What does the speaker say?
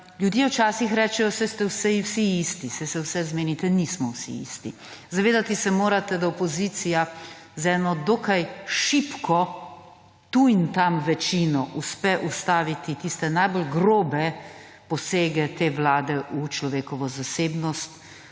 Ljudje rečejo, saj ste vsi isti, saj se vse zmenite. Nismo vsi isti. Zavedati se morate, da opozicija z eno dokaj šibko tu in tam večino uspe ustaviti tiste najbolj grobe posege te vlade v človekovo zasebnost